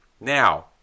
Now